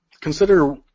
consider